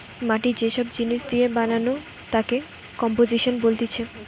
মাটি যে সব জিনিস দিয়ে বানানো তাকে কম্পোজিশন বলতিছে